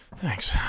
Thanks